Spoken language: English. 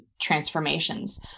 transformations